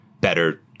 better